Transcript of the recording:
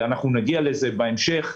אנחנו נגיע לזה בהמשך,